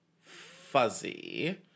fuzzy